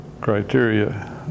criteria